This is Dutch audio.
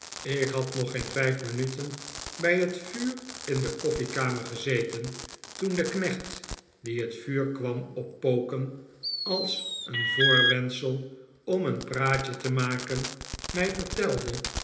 ik had nog geen vijf minuten bij het vuur in de koffiekamer gezeten toen de knecht die het vuur kwam oppoken als een voorwendsel om een praatje te maken mij vertelde